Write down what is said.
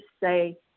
say